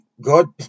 God